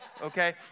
Okay